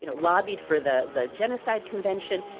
you know lobbied for the the genocide convention,